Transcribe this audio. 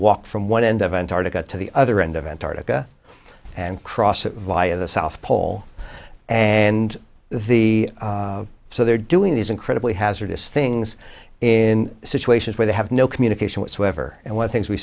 walk from one end of antarctica to the other end of antarctica and cross it via the south pole and the so they're doing these incredibly hazardous things in situations where they have no communication whatsoever and one of things we